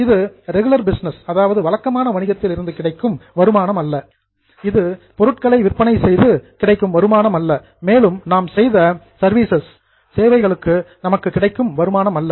இது regular business வழக்கமான வணிகத்தில் இருந்து கிடைக்கும் வருமானம் அல்ல இது பொருட்களை விற்பனை செய்து கிடைக்கும் வருமானம் அல்ல மேலும் நாம் செய்த சர்வீசஸ் சேவைகளுக்கு நமக்கு கிடைக்கும் வருமானம் அல்ல